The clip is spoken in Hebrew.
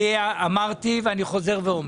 אמרתי ואני חוזר ואומר: